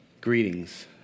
greetings